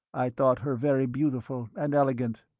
i thought her very beautiful and elegant.